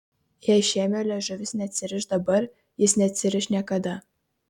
jei šėmio liežuvis neatsiriš dabar jis neatsiriš niekada